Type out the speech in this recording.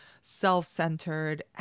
self-centered